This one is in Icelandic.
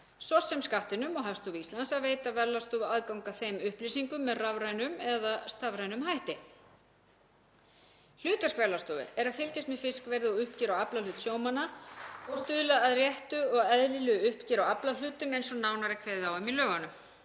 svo sem Skattinum og Hagstofu Íslands, að veita Verðlagsstofu aðgang að þeim upplýsingum með rafrænum eða stafrænum hætti. Hlutverk Verðlagsstofu er að fylgjast með fiskverði og uppgjör á aflahlut sjómanna og stuðla að réttu og eðlilegu uppgjör á aflahlutum eins og nánar er kveðið á um í lögunum.